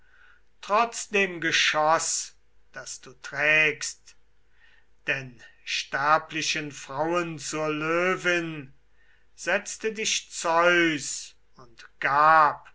trotz dem geschoß das du trägst denn sterblichen frauen zur löwin setzte dich zeus und gab